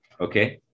okay